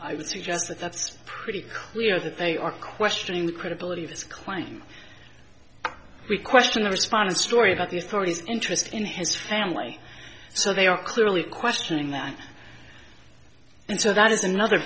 i would suggest that that's pretty clear that they are questioning the credibility of this claim we question a response tory about this party's interest in his family so they are clearly questioning that and so that is another